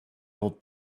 old